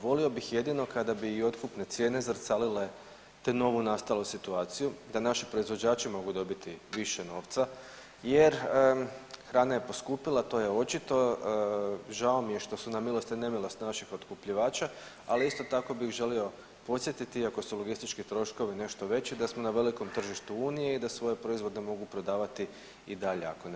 Volio bih jedino kada bi i otkupne cijene zrcalile tu novu nastalu situaciju da naši proizvođači mogu dobiti više novca jer hrana je poskupila, to je očito, žao mi je što su na milost i nemilost naših otkupljivača, ali isto tako bih želio podsjetiti iako su logistički troškovi nešto veći da smo na velikom tržištu unije i da svoje proizvode mogu prodavati i dalje ako ne